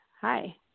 Hi